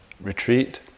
retreat